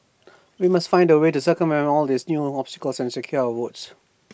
we must find A way to circumvent all these new obstacles and secure our votes